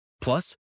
Plus